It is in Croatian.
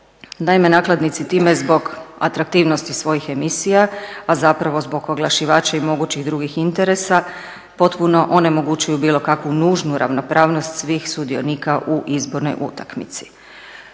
Naime, nakladnici time zbog atraktivnosti svojih emisija, a zapravo zbog oglašivača i mogućih drugih interesa potpuno onemogućuju bilo kakvu nužnu ravnopravnost svih sudionika u izbornoj utakmici.